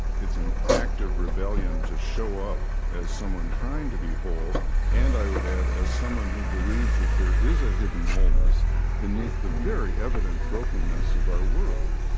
it's an act of rebellion to show up as someone trying to be whole and i would add as someone who believes that there is a hidden wholeness beneath the very evident brokenness of our world